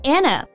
Anna